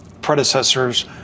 predecessors